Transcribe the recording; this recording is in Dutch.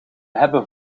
hebben